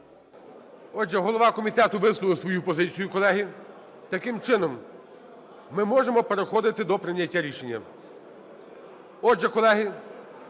Отже, голова комітету висловив свою позицію, колеги. Таким чином, ми можемо переходити до прийняття рішення. Отже, колеги,